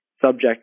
subject